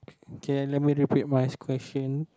okay let me repeat my question